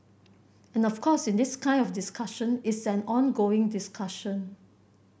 and of course in this kind of discussion it's an ongoing discussion